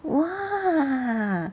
!wah!